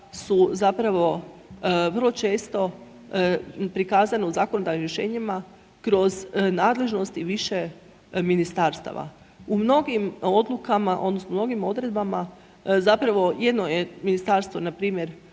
su zapravo vrlo često prikazana u zakonodavnim rješenjima kroz nadležnosti više ministarstava. U mnogim odlukama odnosno mnogim odredbama, zapravo jedno je ministarstvo npr.